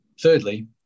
Thirdly